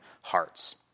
hearts